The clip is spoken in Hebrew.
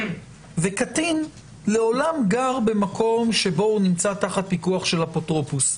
וקטין לעולם גר במקום שהוא נמצא תחת פיקוח של אפוטרופוס.